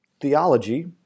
theology